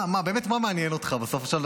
מה, מה באמת מעניין אותך בסופו של דבר?